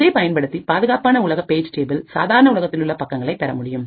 இதைப் பயன்படுத்தி பாதுகாப்பான உலக பேஜ் டேபிள் சாதாரண உலகத்திலுள்ள பக்கங்களை பெறமுடியும்